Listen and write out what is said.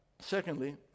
Secondly